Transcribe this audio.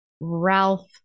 Ralph